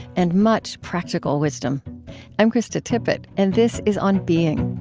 and much practical wisdom i'm krista tippett, and this is on being